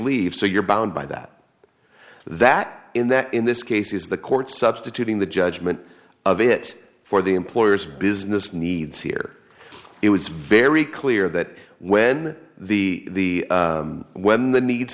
leave so you're bound by that that in that in this case is the court substituting the judgment of it for the employer's business needs here it was very clear that when the when the needs